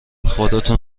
خودتون